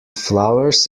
flowers